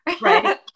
right